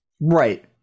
Right